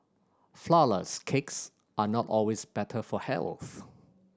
flourless cakes are not always better for health